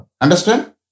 Understand